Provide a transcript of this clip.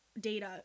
data